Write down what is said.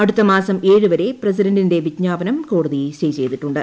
അടുത്തമാസം ഏഴ് വരെ പ്രസിഡന്റിന്റെ വിജ്ഞാപനം കോടതി സ്റ്റേ ചെയ്തിട്ടുണ്ട്